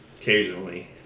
Occasionally